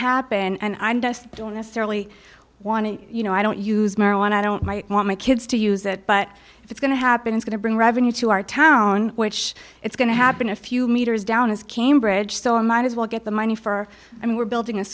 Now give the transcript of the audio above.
happen and i just don't necessarily want to you know i don't use marijuana i don't want my kids to use it but if it's going to happen is going to bring revenue to our town which it's going to happen a few meters down is cambridge so i might as well get the money for i mean we're building a